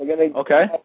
Okay